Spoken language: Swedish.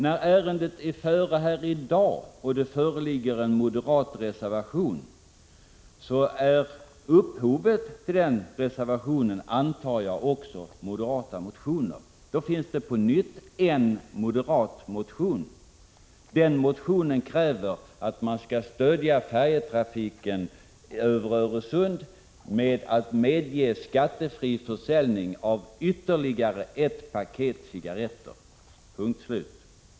När ärendet är före i dag föreligger en moderat reservation, vars upphov antagligen är en moderat motion. I den krävs att man skall stödja färjetrafiken över Öresund genom att medge skattefri försäljning av ytterligare ett paket cigarretter.